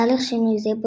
תהליך שינוי זה,